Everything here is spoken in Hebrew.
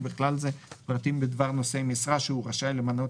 ובכלל זה פרטים בדבר נושאי המשרה שהוא רשאי למנות,